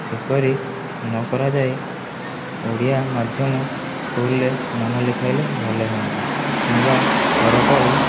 ସେପରି ନ କରାଯାଇ ଓଡ଼ିଆ ମାଧ୍ୟମ ସ୍କୁଲରେ ନାମ ଲେଖାଇଲେ ଭଲ ହୁଅନ୍ତା କିମ୍ବା ସରକାରୀ